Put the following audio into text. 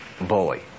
bully